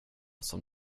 som